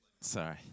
sorry